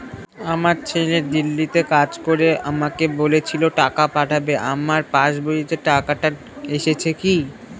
আমার ছেলে দিল্লীতে কাজ করে আমাকে বলেছিল টাকা পাঠাবে আমার পাসবইতে টাকাটা এসেছে কি?